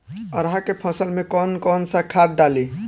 अरहा के फसल में कौन कौनसा खाद डाली?